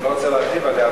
אני לא רוצה להרחיב עליה,